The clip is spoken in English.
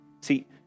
See